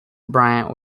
bryant